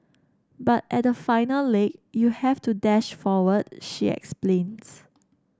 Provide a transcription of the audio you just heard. but at the final leg you have to dash forward she explains